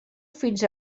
fins